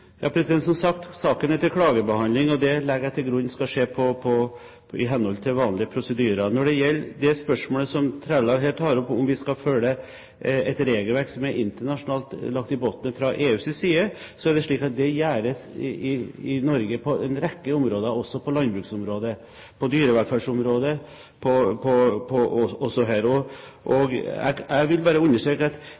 Som sagt er saken til klagebehandling, og det legger jeg til grunn skal skje i henhold til vanlige prosedyrer. Når det gjelder spørsmålet som Trældal her tar opp, om vi skal følge et internasjonalt regelverk som er lagt i bunnen fra EUs side, er det slik at det gjøres i Norge på en rekke områder – på landbruksområdet, på dyrevelferdsområdet